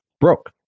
broke